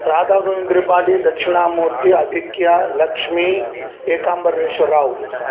Radhagovind Tripathi Dakshinamurthy Abhikya Lakshmi Ekambareshwar Rao